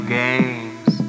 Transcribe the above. games